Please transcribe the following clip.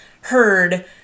heard